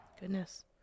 Goodness